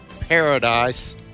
paradise